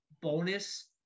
bonus